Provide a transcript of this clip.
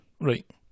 Right